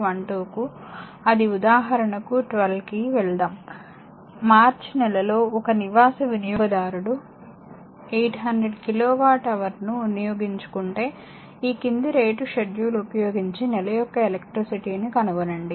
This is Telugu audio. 12 కు అది ఉదాహరణకు 12 కి వెళదాం మార్చి నెలలో ఒక నివాస వినియోగదారు 800 కిలోవాట్ హవర్ ను వినియోగించుకుంటే ఈ కింది రేటు షెడ్యూల్ ఉపయోగించి నెల యొక్క ఎలక్ట్రిసిటీ ని కనుగొనండి